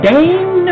Dame